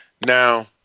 Now